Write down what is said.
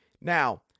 Now